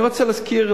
אני רוצה להזכיר